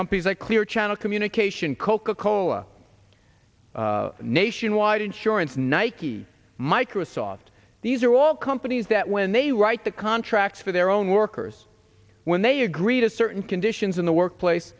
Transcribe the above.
companies like clear channel communication coca cola nationwide insurance nike microsoft these are all companies that when they write the contracts for their own workers when they agree to certain conditions in the workplace